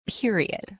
period